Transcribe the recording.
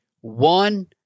one